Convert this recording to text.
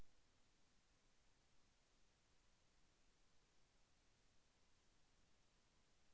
ఋణం క్రమం తప్పకుండా కడితే మాకు ఋణం మొత్తంను పెంచి ఇచ్చే అవకాశం ఉందా?